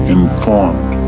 informed